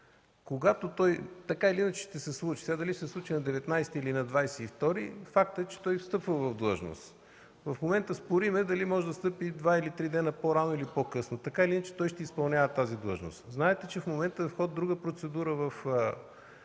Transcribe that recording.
СЕМ. Това така или иначе ще се случи – дали ще се случи на 19-ти или на 22-ри, фактът е, че той встъпва в длъжност. В момента спорим дали може да встъпи два или три дни по-рано или по-късно. Така или иначе той ще изпълнява тази длъжност. Знаете, че в момента е в ход друга процедура в